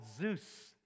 Zeus